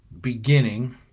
beginning